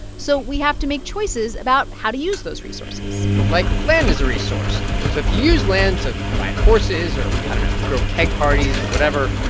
so we have to make choices about how to use those resources like, land as a resource so if you use land to ride horses or, i don't know, throw keg parties or whatever.